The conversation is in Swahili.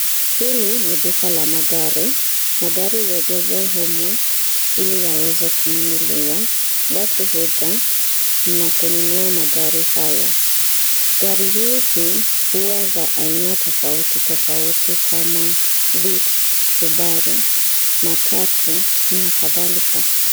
Hili ni duka la magari. Magari huegezwa humu ili yaweze kununuliwa. Watu huja na kununua magari haya. Gari hizi huwa za aina tofauti tofauti kama vitz, subaru, matatu na kadhalika.